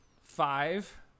five